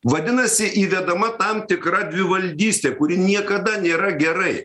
vadinasi įvedama tam tikra dvivaldystė kuri niekada nėra gerai